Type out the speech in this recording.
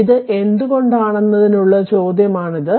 ഇത് എന്തുകൊണ്ടാണെന്നതിനുള്ള ചോദ്യമാണിത്